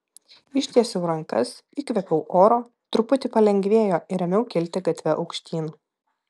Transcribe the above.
ištiesiau rankas įkvėpiau oro truputį palengvėjo ir ėmiau kilti gatve aukštyn